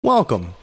Welcome